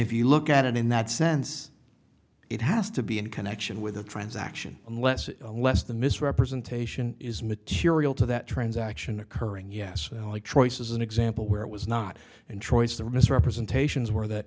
if you look at it in that sense it has to be in connection with a transaction unless it less than misrepresentation is material to that transaction occurring yes like troy's as an example where it was not and choice there misrepresentations were that